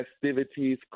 festivities